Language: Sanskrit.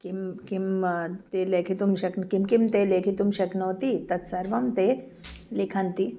किं किं ते लिखितुं शक् किं किं ते लिखितुं शक्नोति तत्सर्वं ते लिखन्ति